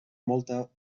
molta